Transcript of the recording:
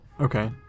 okay